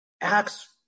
Acts